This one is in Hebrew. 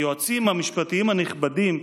היועצים המשפטיים הנכבדים,